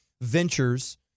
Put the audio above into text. ventures